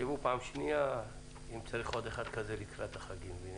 תחשבו בפעם הבאה אם צריך עוד אחד כזה לקראת החגים.